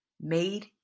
made